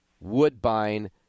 Woodbine